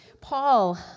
Paul